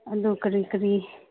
ꯑꯗꯨ ꯀꯔꯤ ꯀꯔꯤ